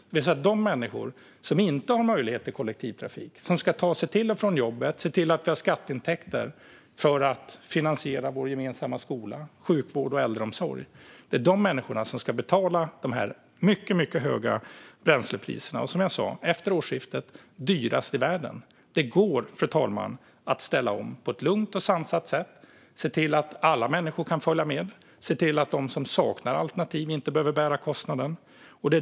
Det är de människor som inte har möjlighet till kollektivtrafik men som ska ta sig till och från jobbet och se till att vi har skatteintäkter för att finansiera vår gemensamma skola, sjukvård och äldreomsorg som ska betala de här mycket, mycket höga bränslepriserna som, som jag sa, efter årsskiftet blir dyrast i världen. Fru talman! Det går att ställa om på ett lugnt och sansat sätt och se till att alla människor kan följa med och att de som saknar alternativ inte behöver bära kostnaden.